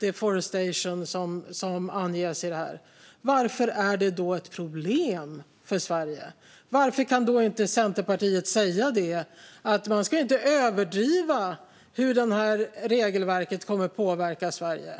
deforestations, som anges här, undrar jag varför det är ett problem för Sverige. Varför kan inte Centerpartiet säga att man inte ska överdriva hur regelverket kommer att påverka Sverige?